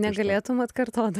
negalėtum atkartot